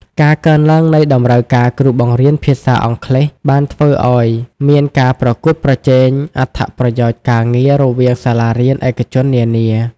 ការកើនឡើងនៃតម្រូវការគ្រូបង្រៀនភាសាអង់គ្លេស បានធ្វើឱ្យមានការប្រកួតប្រជែងអត្ថប្រយោជន៍ការងាររវាងសាលារៀនឯកជននានា។